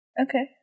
Okay